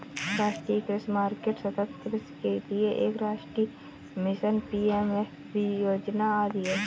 राष्ट्रीय कृषि मार्केट, सतत् कृषि के लिए राष्ट्रीय मिशन, पी.एम.एफ.बी योजना आदि है